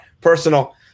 personal